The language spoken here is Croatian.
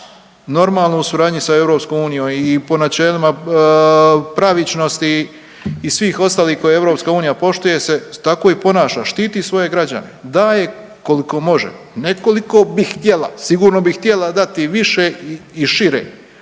normalno u suradnji sa EU i po načelima pravičnosti i svih ostalih koje EU poštuje se tako i ponaša, štiti svoje građane, daje koliko može, ne koliko bi htjela, sigurno bi htjela dati i više i šire,